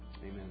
Amen